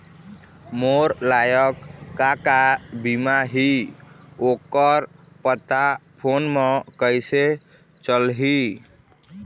मोर लायक का का बीमा ही ओ कर पता फ़ोन म कइसे चलही?